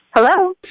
Hello